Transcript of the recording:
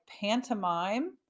pantomime